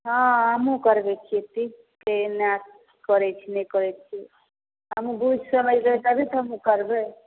हँ हमहूँ करबै खेती केना करै छै नहि करै छै हमहूँ बुझि समझि लेबै तभी तऽ हमहूँ करबै